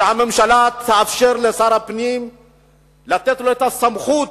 שהממשלה תאפשר ותיתן את הסמכות